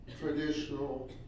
traditional